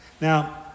Now